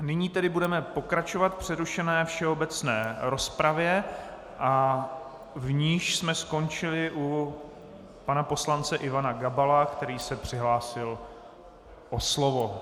Nyní tedy budeme pokračovat v přerušené všeobecné rozpravě, v níž jsme skončili u pana poslance Ivana Gabala, který se přihlásil o slovo.